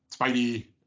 Spidey